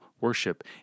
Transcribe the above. worship